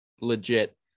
legit